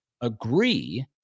agree